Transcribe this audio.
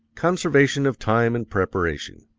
conservation of time in preparation